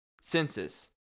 census